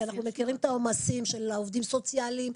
כי אנחנו מכירים את העומסים של העובדים הסוציאליים,